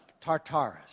Tartarus